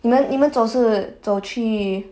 你们你们走是走去